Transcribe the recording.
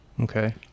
Okay